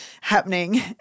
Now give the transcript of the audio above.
happening